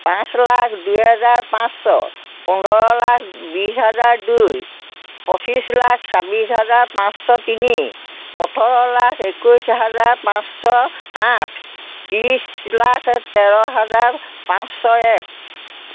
পাঁচ লাখ দুহেজাৰ পাঁচশ পোন্ধৰ লাখ বিছ হাজাৰ দুই পঁচিছ লাখ ছাব্বিছ হাজাৰ পাঁচশ তিনি ওঠৰ লাখ একৈছ হাজাৰ পাঁচশ আঠ ত্ৰিছ লাখ তেৰ হাজাৰ পাঁচশ এক